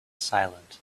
silent